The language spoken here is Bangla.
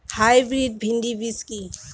হাইব্রিড ভীন্ডি বীজ কি?